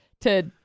to-